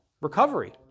recovery